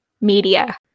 Media